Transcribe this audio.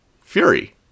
Fury